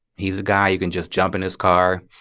he's a guy you can just jump in his car,